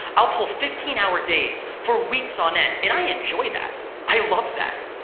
i'll pull fifteen hour days for weeks on end, and i enjoy that i love that.